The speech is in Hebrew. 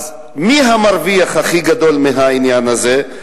אז מי המרוויח הכי גדול מהעניין הזה?